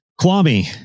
Kwame